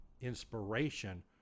inspiration